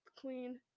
Queen